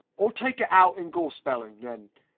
i'll take it out in gorspellin, then.